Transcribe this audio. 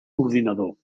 ordinador